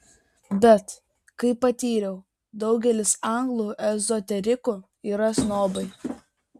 bet kaip patyriau daugelis anglų ezoterikų yra snobai